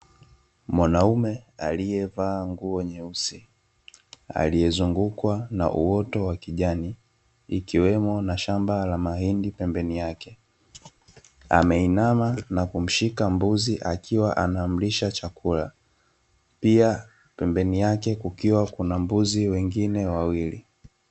Mwanaume aliyevaa nguo nyeusi, aliyezungukwa na uoto wa kijani, ikiwemo na shamba la mahindi pembeni yake, ameinama na kumshika mbuzi akiwa anamlisha chakula. Pia pembeni yake kukiwa kuna mbuzi wengine wawili.